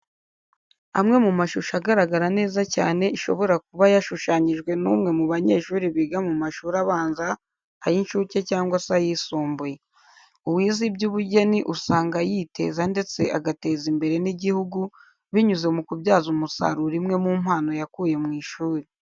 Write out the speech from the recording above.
Amwe mu mashusho agaragara neza cyane ishobora kuba yashushushanyijwe n'umwe mu banyeshuri biga mu mashuri abanza ay'incuke cyangwa se ayisumbuye. Uwize iby'ubugeni usanga yiteza ndetse agateza imbere n'igihugu binyuze mu kubyaza umusaruro imwe mu mpano yakuye mu ishuri.